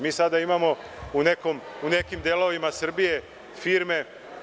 Mi sada imamo u nekim delovima Srbije firme…